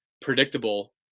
predictable